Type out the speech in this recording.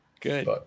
Good